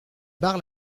bar